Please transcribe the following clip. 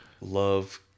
love